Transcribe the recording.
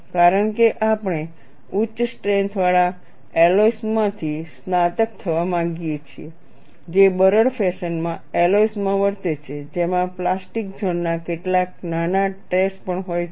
કારણ કે આપણે ઉચ્ચ સ્ટ્રેન્થવાળા એલોય્સમાંથી સ્નાતક થવા માંગીએ છીએ જે બરડ ફેશનમાં એલોય્સ માં વર્તે છે જેમાં પ્લાસ્ટિક ઝોન ના કેટલાક નાના ટ્રેસ પણ હોય છે